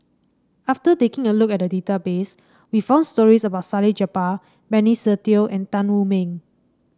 after taking a look at the database we found stories about Salleh Japar Benny Se Teo and Tan Wu Meng